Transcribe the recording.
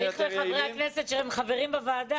חברי כנסת שהם חברים בוועדה.